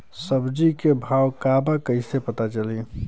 सब्जी के भाव का बा कैसे पता चली?